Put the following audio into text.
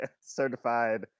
certified